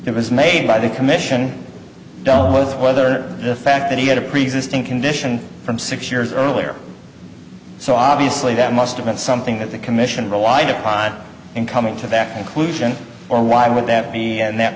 that was made by the commission dealt with whether the fact that he had a preexisting condition from six years earlier so obviously that must have been something that the commission relied upon in coming to that inclusion or why would that be and that